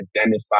identify